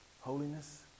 Holiness